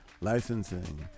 licensing